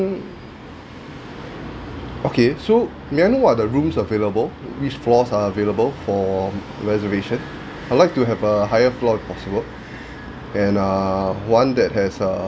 ~nk okay so may I know what are the rooms available which floors are available for reservation I'd like to have a higher floor if possible and err one that has a